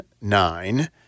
nine